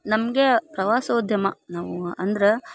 ನಮಗೆ ಪ್ರವಾಸೋದ್ಯಮ ನಾವು ಅಂದ್ರ